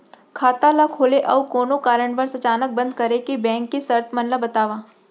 खाता ला खोले अऊ कोनो कारनवश अचानक बंद करे के, बैंक के शर्त मन ला बतावव